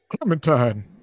clementine